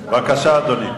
בבקשה, אדוני.